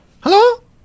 hello